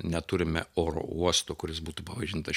neturime oro uosto kuris būtų pavadintas